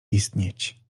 istnieć